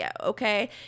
okay